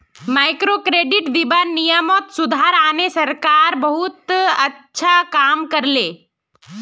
microcredit दीबार नियमत सुधार आने सरकार बहुत अच्छा काम कर ले